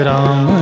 Ram